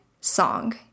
song